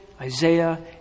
Isaiah